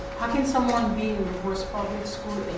how can someone be in worst public so